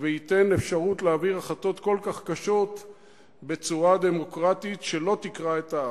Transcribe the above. וייתן אפשרות להעביר החלטות כל כך קשות בצורה דמוקרטית שלא תקרע את העם.